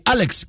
Alex